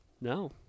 no